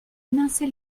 émincer